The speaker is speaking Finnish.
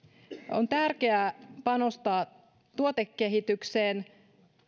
on tärkeää panostaa tuotekehitykseen